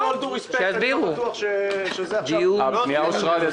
עם כל הכבוד, אני לא בטוח שזה עכשיו המקום.